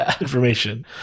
information